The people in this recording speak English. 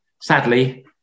sadly